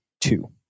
Two